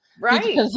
Right